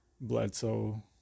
Bledsoe